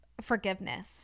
forgiveness